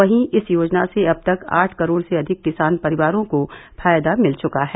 वहीं इस योजना से अब तक आठ करोड़ से अधिक किसान परिवारों को फायदा मिल चुका है